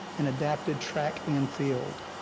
and adapted track and field.